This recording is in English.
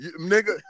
nigga